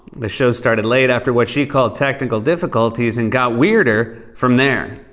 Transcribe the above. the show started late after what she called technical difficulties and got weirder from there.